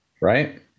Right